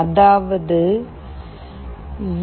அதாவது 0